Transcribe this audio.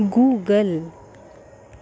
Google